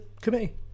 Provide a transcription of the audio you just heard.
committee